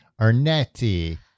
arnetti